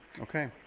Okay